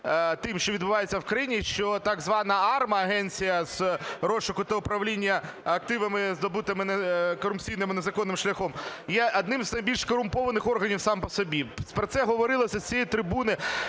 тим, що відбувається в країні, що так звана АРМА, Агенція з розшуку та управління активами, здобутими корупційним і незаконним шляхом, є одним з найбільш корумпованих органів сам по собі. Про це говорилося з цієї трибуни